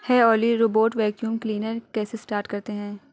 ہے اولی robot vacuum cleaner کیسے اسٹارٹ کرتے ہیں